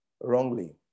wrongly